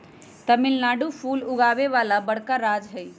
तमिलनाडु फूल उगावे वाला बड़का राज्य हई